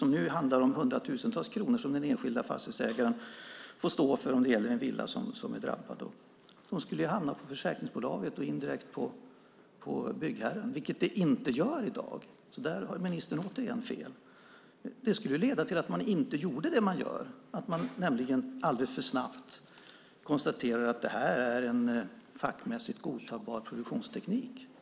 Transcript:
Det handlar om hundratusentals kronor som husägaren får stå för om det är en villa som är drabbad. Det skulle hamna på försäkringsbolaget och indirekt på byggherren. Det gör det inte i dag. Där har ministern återigen fel. Det skulle leda till att man inte gjorde det man gör. Man konstaterar alldeles för snabbt att det är en fackmässigt godtagbar produktionsteknik.